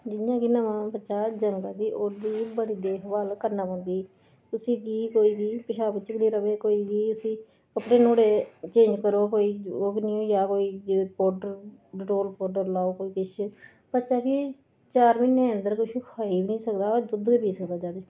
जि'यां कि नमां बच्चा जन्मदा ते ओह्दी बड़ी देखभाल करना पौंदी उसी बी कोई बी पशाब बिच गै नी रवै कोई बी उसी कपड़े नुआढ़े चेंज करो कोई ओह् नी होई जा पौडर डटोल पौडर लगाओ कोई किश बच्चा ते चार म्हीने दे अंदर कुछ खाई नी सकदा दुद्ध गै पी सकदा ज्यादा